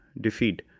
defeat